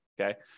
okay